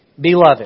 Beloved